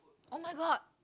oh-my-god